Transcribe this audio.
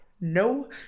no